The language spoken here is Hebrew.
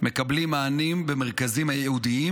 מקבלים מענים במרכזים הייעודיים,